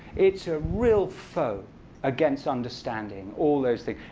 it's a real foe against understanding, all those things.